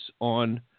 on